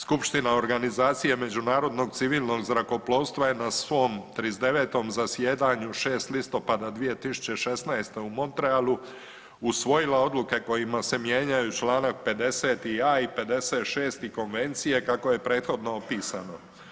Skupština Organizacije međunarodnog civilnog zrakoplovstva je na svom 39. zasjedanju 6. listopada 2016. u Montrealu usvojila odluke kojima se mijenjaju čl. 50.a. i 56. i konvencije kako je prethodno opisano.